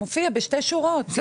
מופיע בשתי שורות עם הסברים.